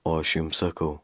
o aš jums sakau